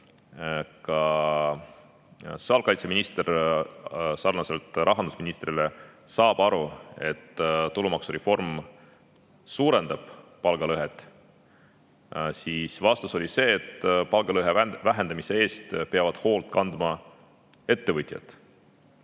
sotsiaalkaitseminister sarnaselt rahandusministrile saab aru, et tulumaksureform suurendab palgalõhet, siis vastus oli see, et palgalõhe vähendamise eest peavad hoolt kandma ettevõtjad.